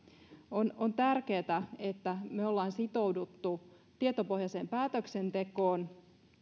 on on tärkeätä että me olemme sitoutuneet tietopohjaiseen päätöksentekoon